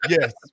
yes